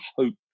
hope